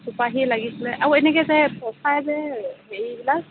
চুপাৰী লাগিছিলে আৰু এনেকৈ যে পচাই যে হেৰিবিলাক